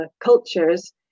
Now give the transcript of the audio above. cultures